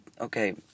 Okay